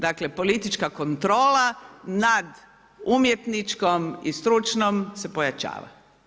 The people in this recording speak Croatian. Dakle, politička kontrola nad umjetničkom i stručnom se pojačava.